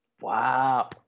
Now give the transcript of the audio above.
Wow